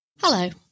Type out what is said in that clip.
Hello